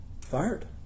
fired